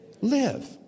Live